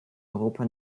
europa